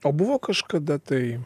o buvo kažkada tai